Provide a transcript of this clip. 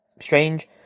strange